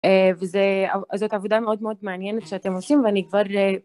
וזאת עבודה מאוד מאוד מעניינת שאתם עושים ואני כבר